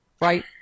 right